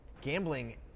gambling